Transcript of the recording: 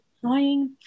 trying